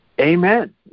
amen